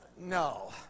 No